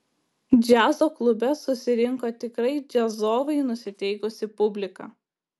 džiazo klube susirinko tikrai džiazovai nusiteikusi publika